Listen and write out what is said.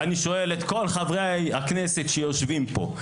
ואני שואל את כל חברי הכנסת שיושבים פה: